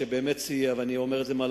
שבאמת סייע רבות,